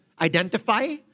identify